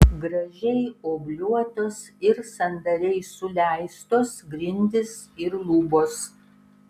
gražiai obliuotos ir sandariai suleistos grindys ir lubos